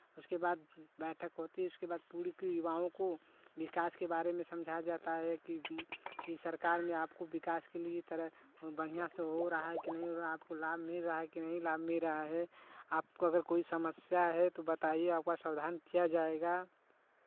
उसके बाद बैठक होती है इसके बाद पूरी की युवाओं को विकास के बारे में समझाया जाता है कि सरकार ने आपको विकास के लिए तरह बढ़ियाँ से हो रहा है कि नहीं हो रहा आपको लाभ मिल रहा है कि नहीं लाभ मिल रहा है आपको अगर कोई समस्या है तो बताइए आपका सावधान किया जाएगा